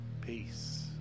Peace